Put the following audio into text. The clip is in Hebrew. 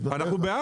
להיפך, אנחנו בעד.